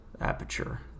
aperture